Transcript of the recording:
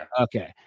Okay